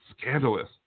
Scandalous